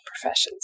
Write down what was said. professions